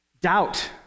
doubt